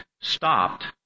stopped